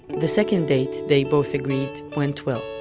the second date, they both agreed, went well.